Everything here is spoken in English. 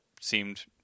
seemed